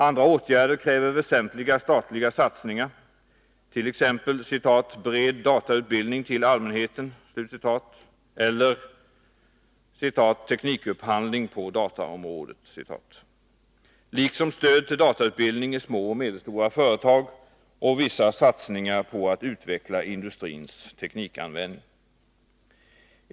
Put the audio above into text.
Andra åtgärder kräver väsentliga statliga satsningar, t.ex. ”bred datautbildning till allmänheten”, ”teknikupphandling på dataområdet”, liksom stöd till datautbildning i små och medelstora företag och vissa satsningar på att utveckla industrins teknikanvändning.